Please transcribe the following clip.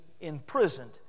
imprisoned